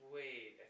Wait